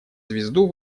звезду